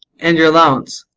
and your allowance,